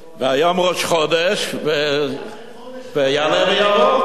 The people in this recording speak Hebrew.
והיום ראש חודש, ויעלה ויבוא.